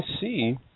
see